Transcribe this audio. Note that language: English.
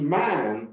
man